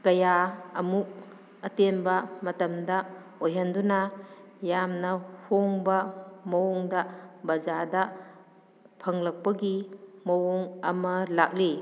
ꯀꯌꯥ ꯑꯃꯨꯛ ꯑꯇꯦꯟꯕ ꯃꯇꯝꯗ ꯑꯣꯏꯍꯟꯗꯨꯅ ꯌꯥꯝꯅ ꯍꯣꯡꯕ ꯃꯑꯣꯡꯗ ꯕꯖꯥꯔꯗ ꯐꯪꯂꯛꯄꯒꯤ ꯃꯑꯣꯡ ꯑꯃ ꯂꯥꯛꯂꯤ